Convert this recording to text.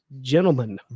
Gentlemen